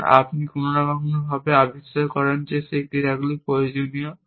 কারণ আপনি কোনওভাবে আবিষ্কার করেন যে সেই ক্রিয়াগুলি প্রয়োজনীয়